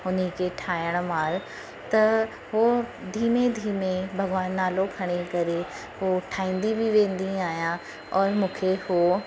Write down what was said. उन खे ठाहिणु महिल त उहो धीमे धीमे भॻवान जो नालो खणी करे उहो ठाहींदी बि वेंदी आहियां और मूंखे उहो